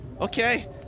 okay